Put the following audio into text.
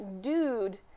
dude